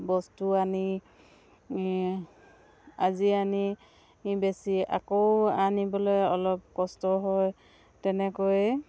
বস্তু আনি আজি আনি বেছি আকৌ আনিবলৈ অলপ কষ্ট হয় তেনেকৈয়ে